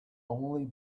only